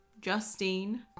Justine